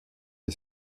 est